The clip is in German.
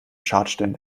schadstellen